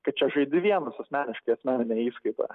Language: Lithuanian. kad čia žaidi vienas asmeniškai asmeninė įskaita